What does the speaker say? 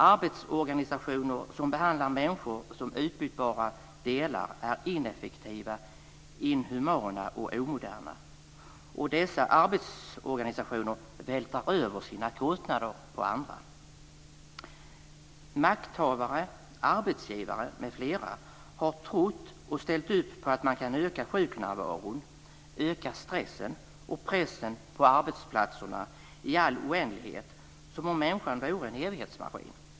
Arbetsorganisationer som behandlar människor som utbytbara delar är ineffektiva, inhumana och omoderna. Och dessa arbetsorganisationer vältrar över sina kostnader på andra. Makthavare, arbetsgivare m.fl. har trott och ställt upp på att man kan öka sjuknärvaron och öka stressen och pressen på arbetsplatserna i all oändlighet, som om människan vore en evighetsmaskin.